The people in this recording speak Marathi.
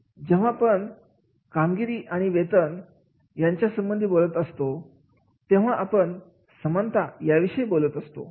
जेव्हापण कामगिरी आणि वेतन यांच्या संबंधाविषयी बोलत असतो तेव्हा आपण समता या विषयी बोलत असतो